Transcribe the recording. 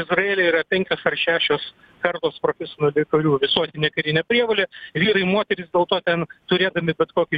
izraely yra penkios ar šešios kartos profesionalių karių visuotinė karinė prievolė vyrai moterys dėl to ten turėdami bet kokį